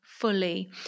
fully